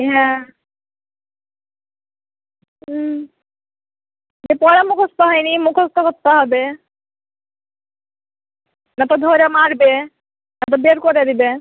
হ্যাঁ হুম এ পড়া মুখস্ত হয় নি মুখস্ত করতে হবে না তো ধরে মারবে না তো বের করে দেবে